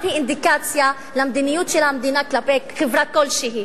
היא אינדיקציה למדיניות של המדינה כלפי חברה כלשהי.